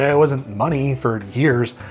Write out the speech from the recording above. it wasn't money for years.